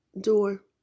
door